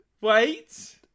wait